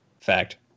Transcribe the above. fact